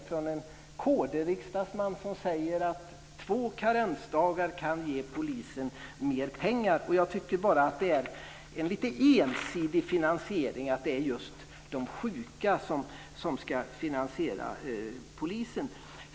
En kd-riksdagsman säger att två karensdagar kan ge polisen mer pengar. Jag tycker att det är en lite ensidig finansiering och att det är fel att det är just de sjuka som ska finansiera polisen.